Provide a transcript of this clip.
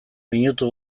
minutu